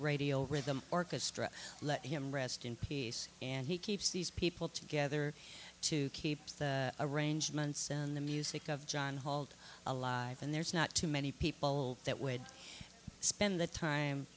radio rhythm orchestra let him rest in peace and he keeps these people together to keep the arrangements and the music of john hald alive and there's not too many people that would spend t